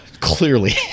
clearly